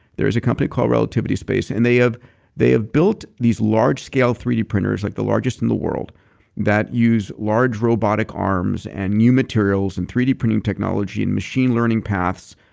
there is a company called relativity space and they have they have built these large scale three d printers, like the largest in the world that use large robotic arms and new materials and three d printing technology and machine learning paths.